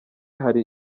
hari